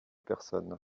personne